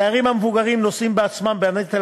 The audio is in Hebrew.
הדיירים המבוגרים נושאים בעצמם בנטל